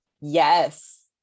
Yes